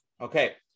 Okay